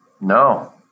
No